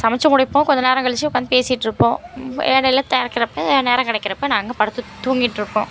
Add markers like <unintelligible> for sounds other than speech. சமைச்சி முடிப்போம் கொஞ்சம் நேரம் கழிச்சி உக்காந்து பேசிட்டுருப்போம் இடையில <unintelligible> நேரம் கிடைக்கிறப்ப நாங்கள் படுத்துத் தூங்கிட்டுருப்போம்